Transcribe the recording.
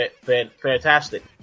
Fantastic